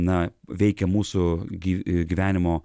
na veikia mūsų gy gyvenimo